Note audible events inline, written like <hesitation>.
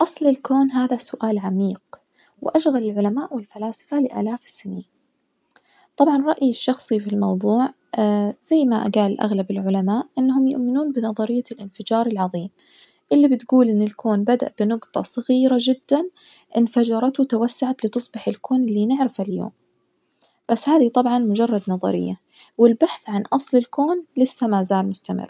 أصل الكون هذا سؤال عميق وأشغل العلماء والفلاسفة لآلاف السنين، طبعًا رأيي الشخصي في الموظوع <hesitation> زي ما جال أغلب العلماء إنهم يؤمنون بنظرية الانفجار العظيم اللي بتجول إن الكون بدأ بنقطة صغيرة جدًا انفجرت وتوسعت لتصبح الكون اللي نعرفه اليوم، بس هذي طبعُا مجرد نظرية والبحث عن أصل الكون لسة مازال مستمر.